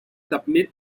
summit